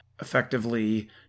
effectively